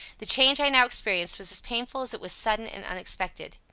the change i now experienced was as painful as it was sudden and unexpected.